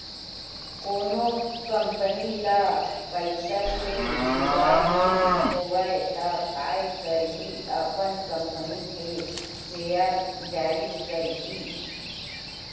कोनो कंपनी ल पइसा के जुगाड़ नइ होवय त काय करही अपन कंपनी के सेयर जारी करही